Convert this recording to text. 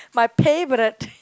my favourite